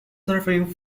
suffering